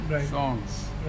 songs